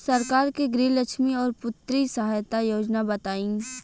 सरकार के गृहलक्ष्मी और पुत्री यहायता योजना बताईं?